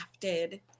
crafted